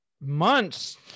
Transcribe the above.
months